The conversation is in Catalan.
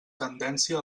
tendència